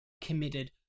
committed